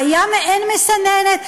הייתה מעין מסננת.